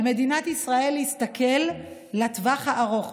על מדינת ישראל להסתכל לטווח הארוך.